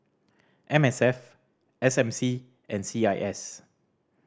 M S F S M C and C I S